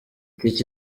ticket